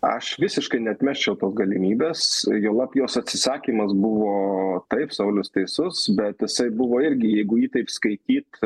aš visiškai neatmesčiau galimybės juolab jos atsisakymas buvo taip saulius teisus bet tasai buvo irgi jeigu ji taip skaityt